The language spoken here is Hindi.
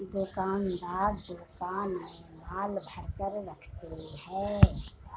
दुकानदार दुकान में माल भरकर रखते है